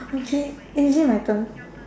okay is it my turn